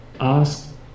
Ask